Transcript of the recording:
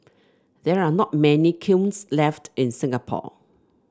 there are not many kilns left in Singapore